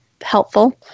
helpful